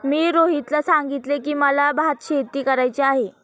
मी रोहितला सांगितले की, मला भातशेती करायची आहे